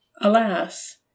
Alas